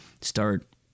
start